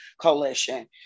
Coalition